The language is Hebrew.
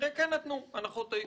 כנראה כן נתנו הנחות טייקון,